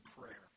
prayer